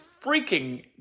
freaking